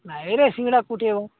ନାଇଁରେ ସିଙ୍ଗଡ଼ା କୋଉଠି ହେବ